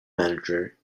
manager